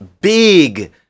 big